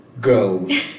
girls